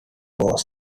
was